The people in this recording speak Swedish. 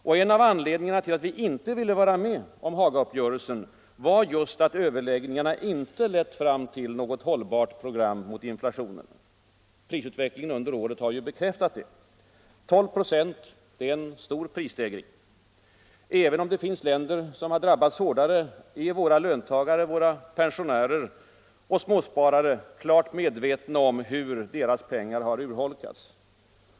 Och en av anledningarna till att vi inte ville vara med om Hagauppgörelsen var just att överläggningarna inte lett fram till något hållbart program mot inflationen. Prisutvecklingen under året har bekräftat detta. 12 96 är en hög prisstegring. Även om det finns länder som drabbats hårdare, är våra löntagare, våra pensionärer och småsparare klart medvetna om hur deras pengar urholkats.